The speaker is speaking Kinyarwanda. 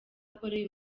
akoreye